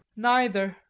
neither.